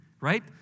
Right